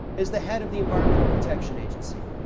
as the head of the environmental protection agency.